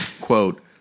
Quote